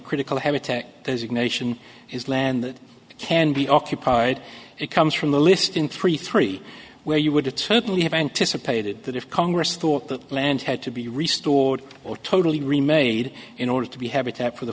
critical habitat is ignition is land that can be occupied it comes from the list in three three where you would it certainly have anticipated that if congress thought that land had to be restored or totally remade in order to be habitat for the